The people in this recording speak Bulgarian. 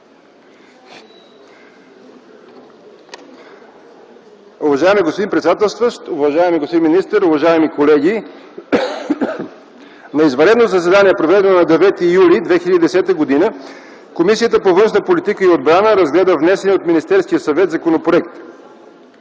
Уважаеми господин председател, уважаеми господин министър, уважаеми колеги. „На извънредно заседание, проведено на 9 юли 2010 г., Комисията по външна политика и отбрана разгледа внесения от Министерския съвет законопроект.